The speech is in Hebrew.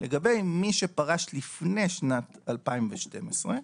לגבי מי שפרש לפני שנת 2012,